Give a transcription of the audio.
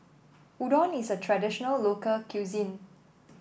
Udon is a traditional local cuisine